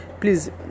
please